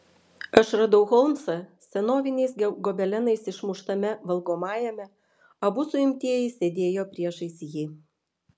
aš radau holmsą senoviniais gobelenais išmuštame valgomajame abu suimtieji sėdėjo priešais jį